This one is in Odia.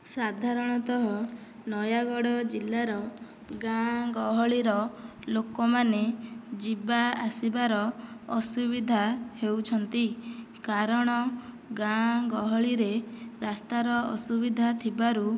ସାଧାରଣତଃ ନୟାଗଡ ଜିଲ୍ଲାର ଗାଁ ଗହଳିର ଲୋକମାନେ ଯିବା ଆସିବାର ଅସୁବିଧା ହେଉଛନ୍ତି କାରଣ ଗାଁ ଗହଳିରେ ରାସ୍ତାର ଅସୁବିଧା ଥିବାରୁ